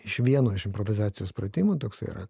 iš vieno iš improvizacijos pratimų toksai yra